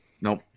Nope